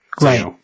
Right